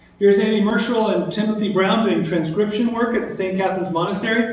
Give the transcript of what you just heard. here's amy myshrall and timothy brown doing transcription work at st catherine's monastery.